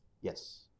Yes